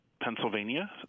Pennsylvania